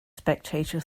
spectator